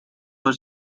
were